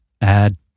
add